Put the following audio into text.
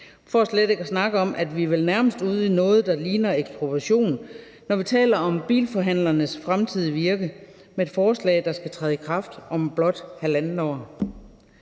for slet ikke at snakke om, at vi vel nærmest er ude i noget, der ligner ekspropriation, når vi taler om bilforhandlernes fremtidige virke, med et forslag, der skal træde i kraft om blot halvandet år.